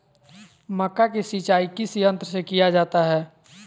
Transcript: मक्का की सिंचाई किस यंत्र से किया जाता है?